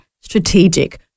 strategic